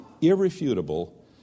Irrefutable